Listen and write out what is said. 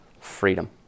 freedom